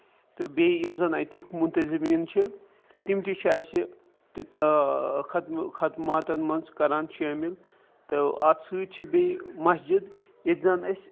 تہٕ بیٚیہِ یِم زَن اَتِکۍ مُنتٔزِمیٖن چھِ تِم تہِ چھِ اَسہِ خدماتن منٛز کران شٲمِل تہٕ اَتھ سۭتۍ چھِ بیٚیہِ مَسجِد ییٚتہِ زَن أسۍ